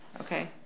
okay